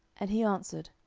and he answered,